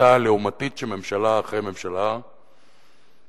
בשיטה הלעומתית שממשלה אחרי ממשלה מנציחה,